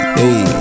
hey